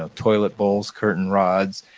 ah toilet bowls, curtain rods.